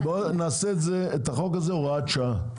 -- נעשה את החוק הזה הוראת שעה,